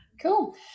cool